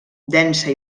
densa